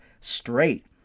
straight